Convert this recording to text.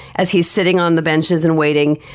as he's sitting on the benches and waiting.